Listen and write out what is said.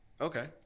Okay